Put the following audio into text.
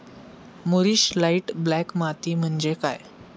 मूरिश light black माती म्हणजे काय?